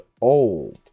old